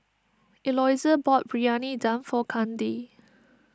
Eloisa bought Briyani Dum for Kandy